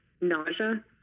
nausea